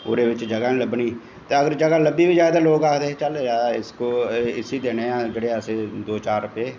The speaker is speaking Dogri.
ओह्दे बिच्च जगाह् नी लब्भनी ते अगर जगाह् लब्भी बी जा ते लोग आखदे चल इसी दिन्नें आं जेह्ड़े दो चार रपे